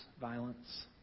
violence